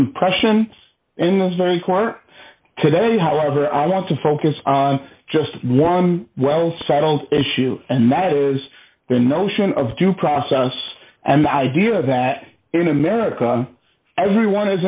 court today however i want to focus on just one well settled issue and that is the notion of due process and the idea that in america everyone is